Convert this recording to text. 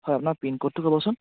হয় আপোনাৰ পিনক'ডটো কবচোন